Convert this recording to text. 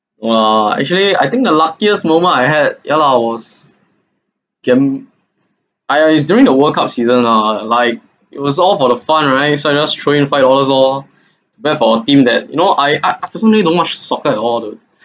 !wah! actually I think the luckiest moment I had ya lah was gamb~ I is during the world cup season lah like it was all for the fun right so I just throw in five dollars loh to bet for a team that you know I I personally don't watch soccer at all the